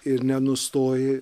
ir nenustoji